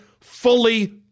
fully